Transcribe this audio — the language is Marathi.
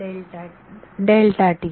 विद्यार्थी